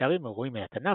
מתארים אירועים מן התנ"ך,